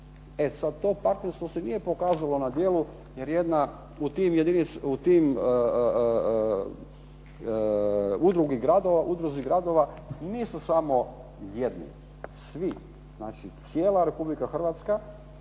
E sad, to partnerstvo se nije pokazalo na djelu jer jedna u tim jedinicama, u Udruzi gradova nisu samo jedni, svi znači cijela RH, svih predznaka,